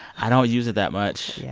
i don't use it that much. yeah